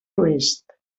oest